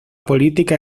política